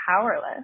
powerless